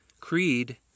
creed